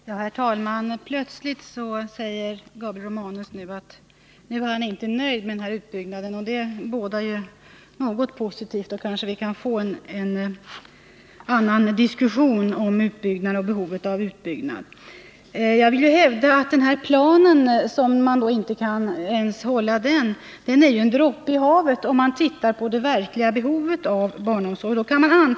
Herr talman! Plötsligt säger Gabriel Romanus att nu är han inte nöjd med den här utbyggnaden, ett uttalande som kanske bådar gott. Då kanske vi kan få till stånd en annan diskussion om behovet av en utbyggnad. Jag vill hävda att vi inte ens kan hålla den plan vi framlagt fastän den i sig utgör en droppe i havet, om man tittar på det verkliga behovet av barnomsorg.